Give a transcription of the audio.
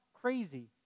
crazy